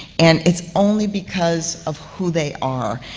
and it's only because of who they are.